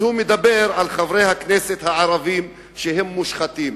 הוא מדבר על חברי הכנסת הערבים שהם מושחתים,